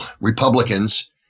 Republicans